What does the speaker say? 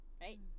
Right